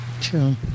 True